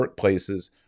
workplaces